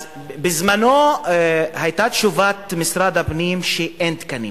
בזמנו היתה תשובת משרד הפנים שאין תקנים